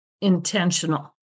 intentional